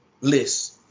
list